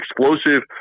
explosive